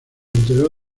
enteró